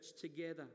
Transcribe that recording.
together